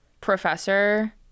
professor